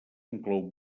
inclou